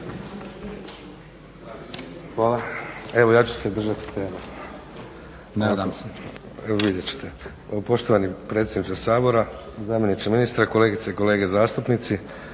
(SDP)** Evo ja ću se držati teme. … /Upadica: Nadam se./… Vidjet ćete. Poštovani predsjedniče Sabora, zamjeniče ministra, kolegice i kolege zastupnici.